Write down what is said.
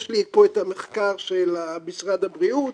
יש לי פה את המחקר של משרד הבריאות,